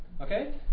Okay